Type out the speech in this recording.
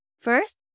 First